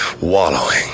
Wallowing